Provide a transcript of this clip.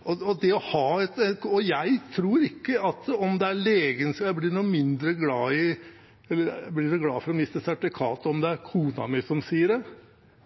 Jeg tror ikke jeg blir noe mindre glad for å miste sertifikatet om det er kona mi som sier det,